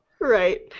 Right